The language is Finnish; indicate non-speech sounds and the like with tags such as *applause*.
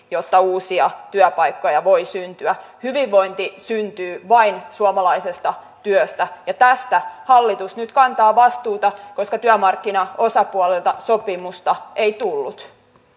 *unintelligible* jotta uusia työpaikkoja voi syntyä hyvinvointi syntyy vain suomalaisesta työstä ja tästä hallitus nyt kantaa vastuuta koska työmarkkinaosapuolilta sopimusta ei tullut